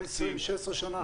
והיום 2020, 16 שנה אחר כך?